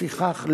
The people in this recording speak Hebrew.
לפיכך,